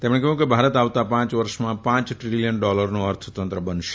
તેમણે કહ્યું કે ભારત આવતા પાંચ વર્ષમાં પાંચ દ્વિલિયન ડોલરનુ ંઅર્થતંત્ર બનશે